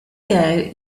ago